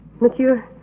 Monsieur